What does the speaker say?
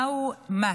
מהו must,